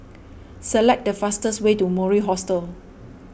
select the fastest way to Mori Hostel